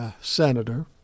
senator